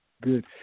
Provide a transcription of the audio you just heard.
good